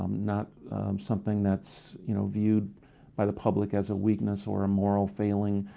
um not something that's you know viewed by the public as a weakness or moral failing.